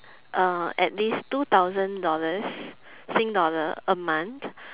uh at least two thousand dollars sing dollar a month